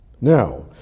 Now